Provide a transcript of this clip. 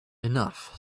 enough